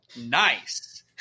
nice